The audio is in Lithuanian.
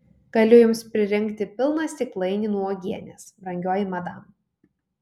galiu jums pririnkti pilną stiklainį nuo uogienės brangioji madam